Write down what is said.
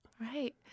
Right